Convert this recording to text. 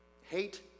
Hate